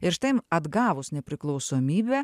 ir štai atgavus nepriklausomybę